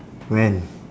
when